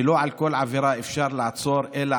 שלא על כל עבירה אפשר יהיה לעצור אלא